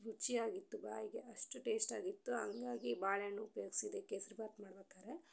ರುಚಿಯಾಗಿತ್ತು ಬಾಯಿಗೆ ಅಷ್ಟು ಟೇಸ್ಟಾಗಿತ್ತು ಹಂಗಾಗಿ ಬಾಳೆಹಣ್ಣು ಉಪಯೋಗಿಸಿದೆ ಕೇಸರಿ ಭಾತ್ ಮಾಡ್ಬೇಕಾದ್ರೆ